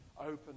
open